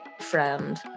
friend